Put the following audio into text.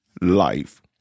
life